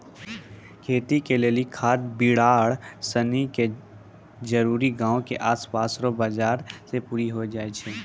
खेती के लेली खाद बिड़ार सनी के जरूरी गांव के आसपास रो बाजार से पूरी होइ जाय छै